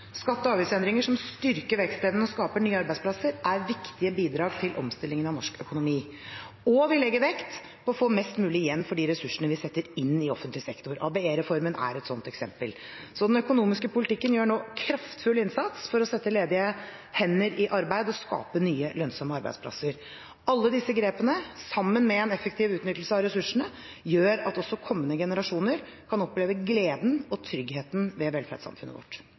Skatte- og avgiftsendringer som styrker vekstevnen og skaper nye arbeidsplasser, er viktige bidrag til omstillingen av norsk økonomi. Og vi legger vekt på å få mest mulig igjen for de ressursene vi setter inn i offentlig sektor. ABE-reformen er et slikt eksempel. Den økonomiske politikken gjør nå en kraftfull innsats for å sette ledige hender i arbeid og skape nye lønnsomme arbeidsplasser. Alle disse grepene, sammen med en effektiv utnyttelse av ressursene, gjør at også kommende generasjoner kan oppleve gleden og tryggheten ved velferdssamfunnet vårt.